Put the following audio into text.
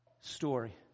story